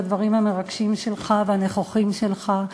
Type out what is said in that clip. על הדברים המרגשים שלך והנכוחים שלך.